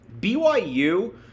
BYU